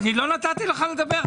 אני לא נתתי לך לדבר.